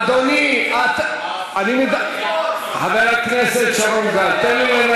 אדוני, אבל אם הוא הציג, שלא תקפוץ, שתכבד אותו.